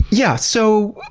yeah, so,